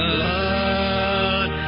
blood